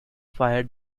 fire